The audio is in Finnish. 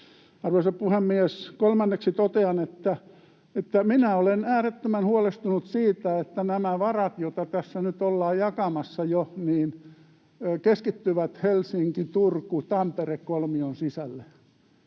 Arvoisa puhemies! Kolmanneksi totean, että minä olen äärettömän huolestunut siitä, että nämä varat, joita tässä nyt ollaan jakamassa jo, keskittyvät Helsinki—Turku—Tampere-kolmion sisälle.